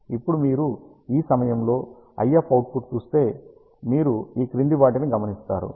ఇప్పుడు మీరు ఈ సమయంలో IF అవుట్పుట్ చూస్తే మీరు ఈ క్రింది వాటిని గమనిస్తారు